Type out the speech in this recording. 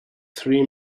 three